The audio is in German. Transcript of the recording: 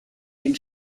den